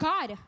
God